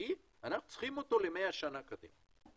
נקי ואנחנו צריכים אותו למאה שנה קדימה.